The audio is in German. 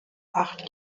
acht